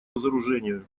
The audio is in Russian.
разоружению